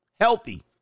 healthy